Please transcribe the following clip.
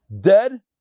dead